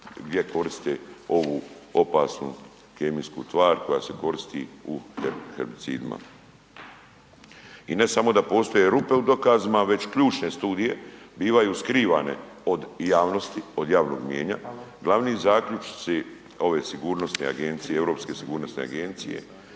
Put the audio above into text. gdje koriste ovu opasnu kemijsku tvar koja se koristi u herbicidima. I ne samo da postoje rupe u dokazima već ključne studije bivaju skrivane od javnosti, od javnog mijenja. Glavni zaključci ove sigurnosne agencije Europske sigurnosne agencije